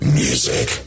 music